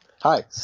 Hi